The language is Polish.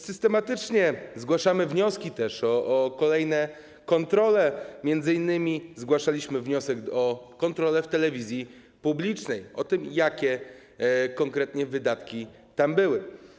Systematycznie zgłaszamy też wnioski o kolejne kontrole, m.in. zgłaszaliśmy wniosek o kontrolę w telewizji publicznej, tego, jakie konkretnie wydatki tam były.